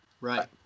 Right